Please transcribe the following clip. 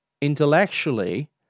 intellectually